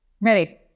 Ready